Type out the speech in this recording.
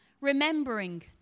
remembering